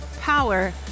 power